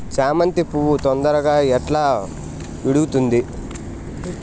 చామంతి పువ్వు తొందరగా ఎట్లా ఇడుగుతుంది?